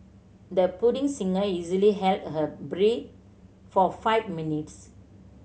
the budding singer easily held her breath for five minutes